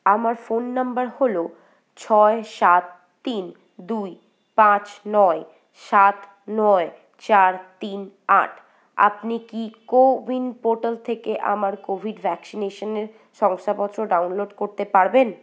আমার phone number হল ছয় সাত তিন দুই পাঁচ নয় সাত নয় চার তিন আট আপনি কি কো উইন পোর্টাল থেকে আমার কোভিড ভ্যাকসিনেশানের শংসাপত্র ডাউনলোড করতে পারবেন